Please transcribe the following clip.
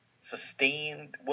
sustained